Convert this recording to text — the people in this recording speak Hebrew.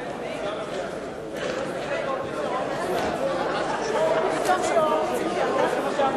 (הישיבה נפסקה בשעה 14:00 ונתחדשה בשעה